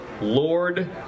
Lord